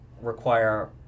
require